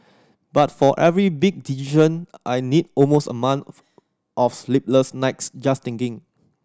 but for every big decision I need almost a month of sleepless nights just thinking